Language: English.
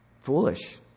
Foolish